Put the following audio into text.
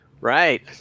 Right